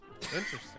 Interesting